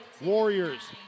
Warriors